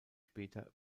später